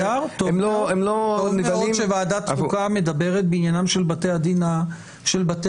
הם לא --- טוב מאוד שוועדת החוקה מדברת בעניינם של בתי הדין הרבניים.